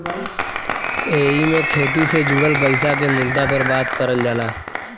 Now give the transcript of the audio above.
एईमे खेती से जुड़ल पईसा के मुद्दा पर बात करल जाला